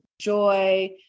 joy